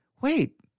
wait